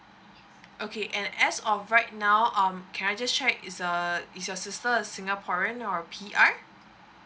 okay and as of right now um can I just check is err is your sister a singaporean or P_R